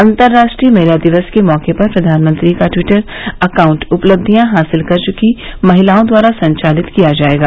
अंतरराष्ट्रीय महिला दिवस के मौके पर प्रधानमंत्री का टिवटर अकांउट उपलब्धियां हासिल कर चुकी महिलाओं द्वारा संचालित किया जाएगा